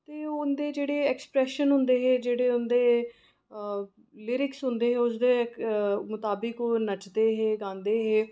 ते उं'दे जेह्ड़े एक्सप्रेशन होंदे हे जेह्ड़े उं'दे लिरिक्स होंदे हे उसदे मताबक ओह् नचदे हे गांदे हे